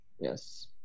Yes